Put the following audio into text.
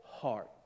heart